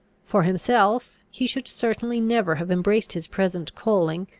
for himself, he should certainly never have embraced his present calling,